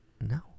No